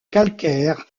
calcaires